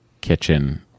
Kitchen